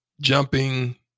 Jumping